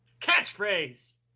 Catchphrase